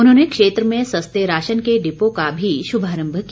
उन्होंने क्षेत्र में सस्ते राशन के डिपो का भी शुभारम्भ किया